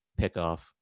pickoff